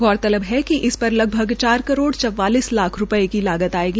गौरतब है कि इस पर लगभग चार करोड़ चावालिस लाख रूपये की लागत आयेगी